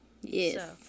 Yes